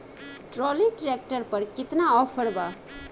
Trolley tractor पर केतना offer बा?